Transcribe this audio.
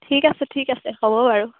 ঠিক আছে ঠিক আছে হ'ব বাৰু